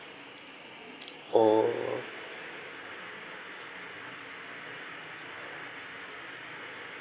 oh